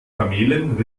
kamelen